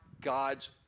God's